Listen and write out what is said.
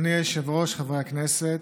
אדוני היושב-ראש, חברי הכנסת,